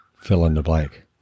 fill-in-the-blank